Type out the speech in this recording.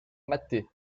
matée